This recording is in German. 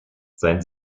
sein